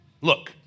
Look